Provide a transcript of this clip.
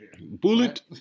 Bullet